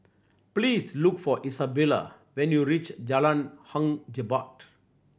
please look for Izabella when you reach Jalan Hang Jebat